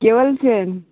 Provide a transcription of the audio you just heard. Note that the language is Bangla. কে বলছেন